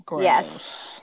Yes